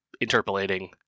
interpolating